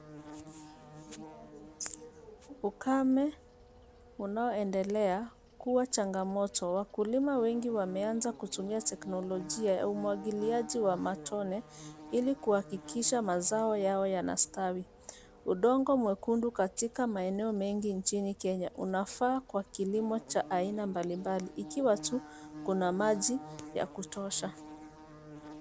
Ukame unaoendelea huwa changamoto. Wakulima wengi wameanza kutumia teknolojia ya umwagiliaji wa matone ili kuhakikisha mazao yao yanastawi. Udongo mwekundu katika maeneo mengi nchini Kenya, unafaa kwa kilimo cha aina mbalimbali ikiwa tu kuna maji ya kutosha.